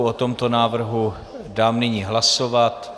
O tomto návrhu dám nyní hlasovat.